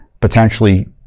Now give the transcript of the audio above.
potentially